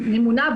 ממונה,